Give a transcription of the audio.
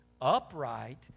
upright